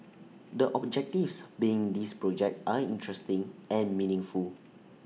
the objectives be in this project are interesting and meaningful